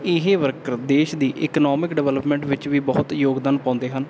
ਇਹ ਵਰਕਰ ਦੇਸ਼ ਦੀ ਇਕਨੋਮਿਕ ਡਿਵੈਲਪਮੈਂਟ ਵਿੱਚ ਵੀ ਬਹੁਤ ਯੋਗਦਾਨ ਪਾਉਂਦੇ ਹਨ